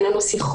אין לנו סינכרון,